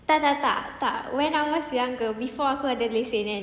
tak tak tak tak when I was younger before aku ada lesen kan